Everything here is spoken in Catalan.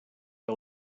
que